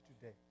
today